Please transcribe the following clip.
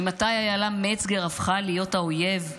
ממתי אילה מצגר הפכה להיות האויב?